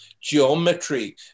geometry